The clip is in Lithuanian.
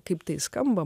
kaip tai skamba